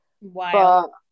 wow